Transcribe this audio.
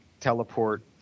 teleport